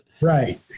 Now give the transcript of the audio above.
right